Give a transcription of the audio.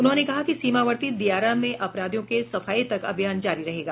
उन्होंने कहा कि सीमावर्ती दियारा में अपराधियों के सफाये तक अभियान जारी रहेगा